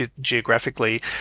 geographically